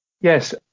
Yes